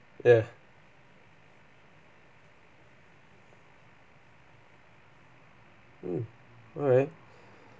ya mm alright